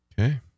Okay